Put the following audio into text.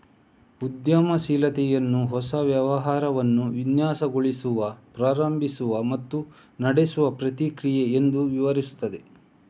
ಉದ್ಯಮಶೀಲತೆಯನ್ನು ಹೊಸ ವ್ಯವಹಾರವನ್ನು ವಿನ್ಯಾಸಗೊಳಿಸುವ, ಪ್ರಾರಂಭಿಸುವ ಮತ್ತು ನಡೆಸುವ ಪ್ರಕ್ರಿಯೆ ಎಂದು ವಿವರಿಸುತ್ತವೆ